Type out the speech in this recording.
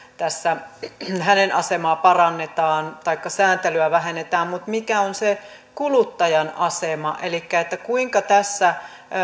tässä sitä elinkeinonharjoittajan asemaa parannetaan taikka sääntelyä vähennetään mutta mikä on se kuluttajan asema elikkä kuinka tässä